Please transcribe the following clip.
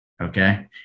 Okay